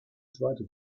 zweite